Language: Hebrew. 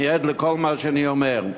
אני עד לכל מה שאני אומר.